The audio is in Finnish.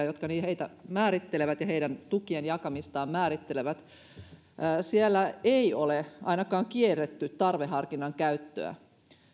jotka business finlandia määrittelevät ja heidän tukien jakamistaan määrittelevät ja siellä ei ole ainakaan kielletty tarveharkinnan käyttöä